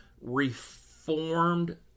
Reformed